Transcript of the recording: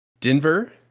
Denver